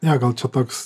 ne gal čia toks